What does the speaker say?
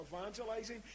evangelizing